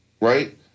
Right